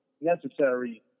necessary